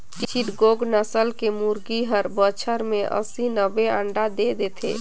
चिटगोंग नसल के मुरगी हर बच्छर में अस्सी, नब्बे अंडा दे देथे